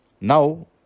Now